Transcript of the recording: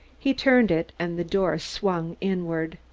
he turned it and the door swung inward.